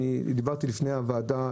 דיברתי לפני הישיבה,